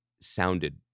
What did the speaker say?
sounded